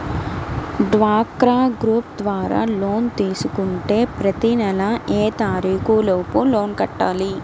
డ్వాక్రా గ్రూప్ ద్వారా లోన్ తీసుకుంటే ప్రతి నెల ఏ తారీకు లోపు లోన్ కట్టాలి?